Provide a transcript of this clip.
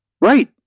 right